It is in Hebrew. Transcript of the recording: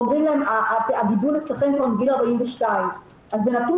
ואומרים להן שהגידול אצלן כברק מגיל 42. אז זה נתון